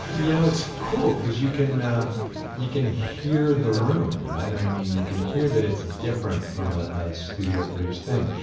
you know, it's cool because you can um you can hear the room, right? i mean, you can hear that it's different from a studio-produced thing.